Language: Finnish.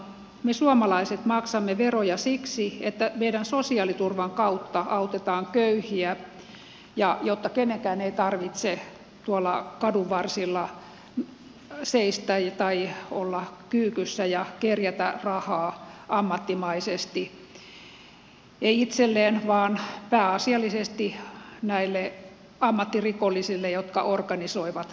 me suomalaiset maksamme veroja siksi että meidän sosiaaliturvan kautta autetaan köyhiä jotta kenenkään ei tarvitse tuolla kadunvarsilla seistä tai olla kyykyssä ja kerjätä rahaa ammattimaisesti ei itselleen vaan pääasiallisesti näille ammattirikollisille jotka organisoivat kerjäämistoimintaa